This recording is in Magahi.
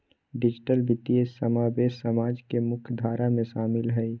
डिजिटल वित्तीय समावेश समाज के मुख्य धारा में शामिल हइ